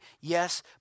yes